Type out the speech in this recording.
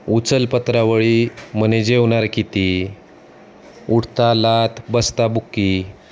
उचल पत्रावळी म्हणे जेवणार किती उठता लाथ बसता बुक्की